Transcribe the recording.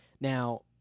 Now